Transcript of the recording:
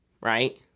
right